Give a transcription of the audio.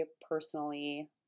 personally